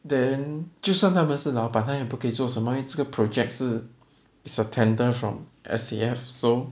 then 就算他们是老板他们也不可以做什么因为这个 project 是 it's a tender from S_A_F so